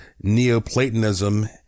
Neoplatonism